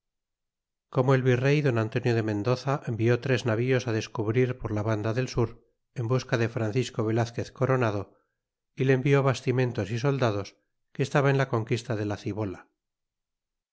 como el virrey don antonio de mendoza envió tres navios descubrir por la vanda del sur en busca de francisco velazquez coronado y le envió bastimentos y soldados que estaba en la conquista de la cibola